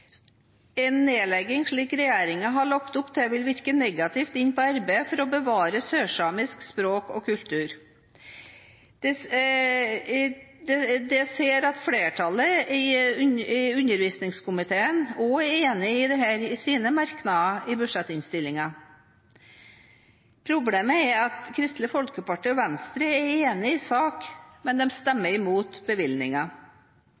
En nedlegging, slik regjeringen har lagt opp til, vil virke negativt inn på arbeidet for å bevare sørsamisk språk og kultur. Jeg ser at flertallet i undervisningskomiteen også er enig i dette i sine merknader i budsjettinnstillingen. Problemet er at Kristelig Folkeparti og Venstre er enig i sak, men stemmer imot